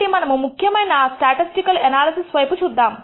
కాబట్టి మనము ముఖ్యమైన స్టాటిస్టికల్ ఎనాలిసిస్ వైపు చూద్దాము